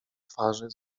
twarzy